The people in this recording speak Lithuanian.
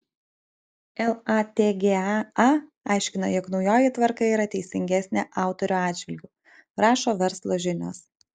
latga a aiškina jog naujoji tvarka yra teisingesnė autorių atžvilgiu rašo verslo žinios